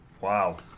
Wow